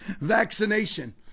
vaccination